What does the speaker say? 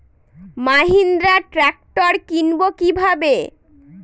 Mahindra tractor কিনবো কি ভাবে?